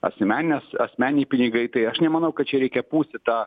asmeninis asmeniniai pinigai tai aš nemanau kad čia reikia pūsti tą